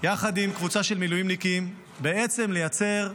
יחד עם קבוצה של מילואימניקים בעצם לייצר,